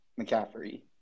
McCaffrey